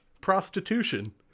prostitution